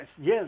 Yes